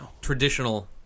traditional